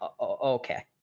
Okay